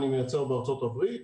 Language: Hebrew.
אני מייצר בארצות הברית,